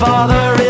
father